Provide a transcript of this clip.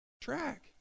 track